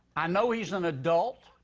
i know he's an adult,